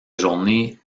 journée